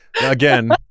again